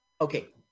Okay